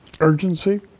urgency